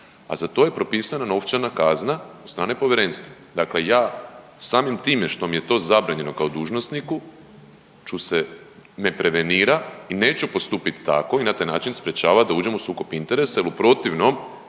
a za to je propisana novčana kazna od strane povjerenstva. Dakle, ja samim time što mi je to zabranjeno kao dužnosniku ću se ne prevenira i neću postupit tako i na taj način sprječava da uđem u sukob interesa jel u protivnom